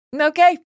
Okay